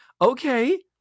okay